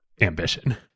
ambition